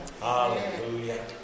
Hallelujah